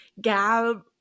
gab